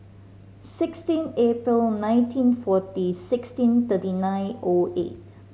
sixteen April nineteen forty sixteen thirty nine O eight